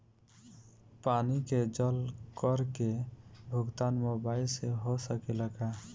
पानी के जल कर के भुगतान मोबाइल से हो सकेला का?